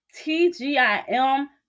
T-G-I-M